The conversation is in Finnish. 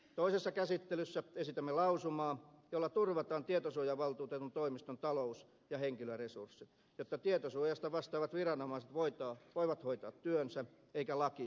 toisessa käsittelyssä esitämme lausumaa jolla turvataan tietosuojavaltuutetun toimiston talous ja henkilöresurssit jotta tietosuojasta vastaavat viranomaiset voivat hoitaa työnsä eikä laki karkaa käsistä